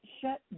shut